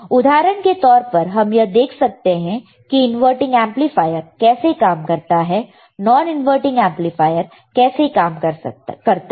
उदाहरण के तौर पर हम यह देख सकते हैं कि इनवर्टिंग एमप्लीफायर कैसे काम करता है नॉन इनवर्टिंग एमप्लीफायर कैसे काम करता है